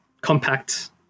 compact